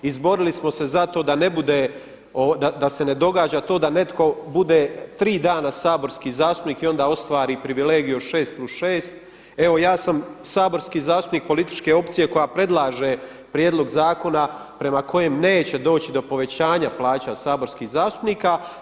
Izborili smo se za to da ne bude, da se ne događa to da netko bude 3 dana saborski zastupnik i onda ostvari privilegiju od 6+6. Evo ja sam saborski zastupnik političke opcije koja predlaže prijedlog zakona prema kojem neće doći do povećanja plaća saborskih zastupnika.